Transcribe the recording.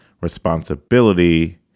responsibility